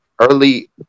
early